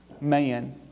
man